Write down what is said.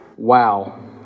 Wow